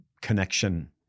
connection